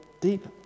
deep